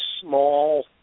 small